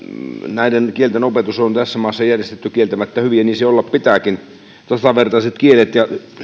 näiden kielten opetus on tässä maassa järjestetty kieltämättä hyvin ja niin sen olla pitääkin tasavertaiset kielet ja